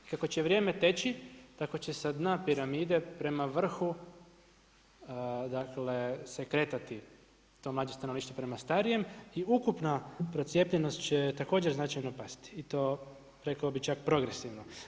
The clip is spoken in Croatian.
I kako će vrijeme teći, tako se od dna piramide prema vrhu se kretati to mlađe stanovništvo prema starijem i ukupna procijepljenost će također značajno pasti i to rekao bih čak progresivno.